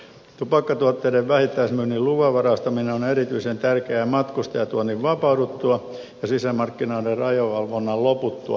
tupakkatuotteiden vähittäismyynnin luvanvaraistaminen on erityisen tärkeää matkustajatuonnin vapauduttua ja sisämarkkinoiden rajavalvonnan loputtua